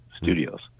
Studios